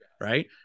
right